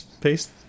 paste